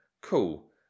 cool